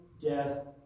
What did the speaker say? death